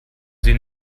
sie